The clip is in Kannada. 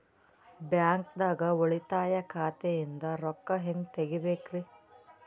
ಬ್ಯಾಂಕ್ದಾಗ ಉಳಿತಾಯ ಖಾತೆ ಇಂದ್ ರೊಕ್ಕ ಹೆಂಗ್ ತಗಿಬೇಕ್ರಿ?